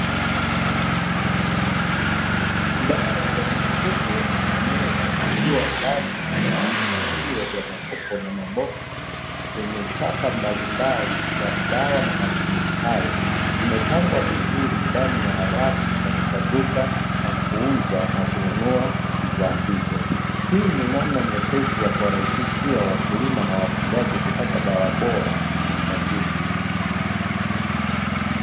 Dawa za mifugo na mimea, zikiwa ndani ya vifungashio vya makopo na maboksi yenye chapa mbalimbali za madawa na matumizi hayo, zimepangwa vizuri ndani ya rafu katika duka na kuuza na kununua bidhaa hizo hii ni namna nyepesi ya kuwarahisishia wakulima na wafugaji kupata dawa bora na sahihi.